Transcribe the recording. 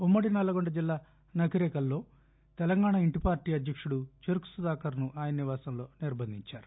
ఉమ్మడి నల్లగొండ జిల్లా నకిరేకల్ లో తెలంగాణ ఇంటి పార్టీ అధ్యకుడు చెరుకు సుధాకర్ను ఆయన నివాసంలో నిర్బంధించారు